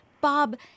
Bob